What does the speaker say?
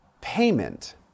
payment